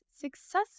successful